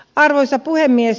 arvoisa puhemies